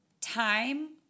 Time